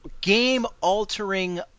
game-altering